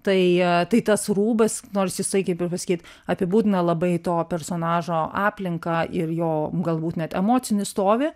tai tai tas rūbas nors jisai kaip ir pasakyt apibūdina labai to personažo aplinką ir jo galbūt net emocinį stovį